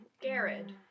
Garrett